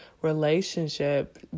relationship